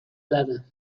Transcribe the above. lana